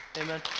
Amen